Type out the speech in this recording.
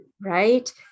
right